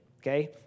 Okay